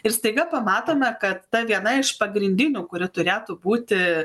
ir staiga pamatome kad ta viena iš pagrindinių kuri turėtų būti